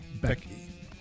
Becky